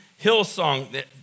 Hillsong